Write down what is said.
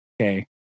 Okay